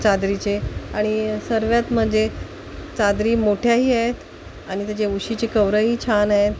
चादरीचे आणि सर्वात म्हणजे चादरी मोठ्याही आहेत आणि त्याचे उशीचे कवरंही छान आहेत